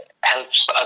helps